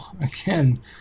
Again